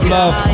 love